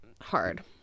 Hard